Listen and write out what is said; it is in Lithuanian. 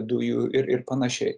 dujų ir ir panašiai